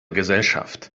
gesellschaft